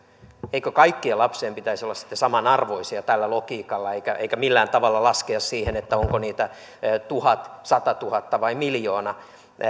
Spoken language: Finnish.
eikö kaikkien lapsien pitäisi olla sitten samanarvoisia tällä logiikalla eikä millään tavalla pitäisi laskea onko niitä tuhat satatuhatta vai miljoona